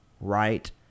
right